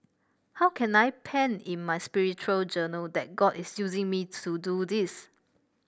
how can I pen in my spiritual journal that God is using me to do this